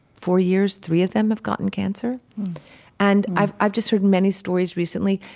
four years, three of them have gotten cancer and i've i've just heard many stories recently,